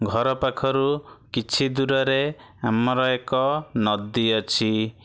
ଘର ପାଖରୁ କିଛି ଦୂରରେ ଆମର ଏକ ନଦୀ ଅଛି